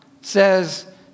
says